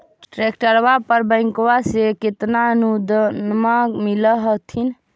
ट्रैक्टरबा पर बैंकबा से कितना अनुदन्मा मिल होत्थिन?